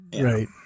right